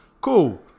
Cool